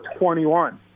21